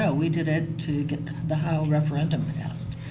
ah we did it to get the howe referendum passed.